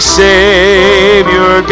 savior